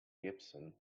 gibson